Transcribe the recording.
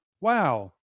wow